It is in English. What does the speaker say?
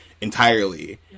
entirely